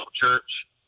church